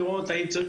לראות האם צריך